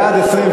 21 בעד,